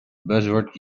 buzzword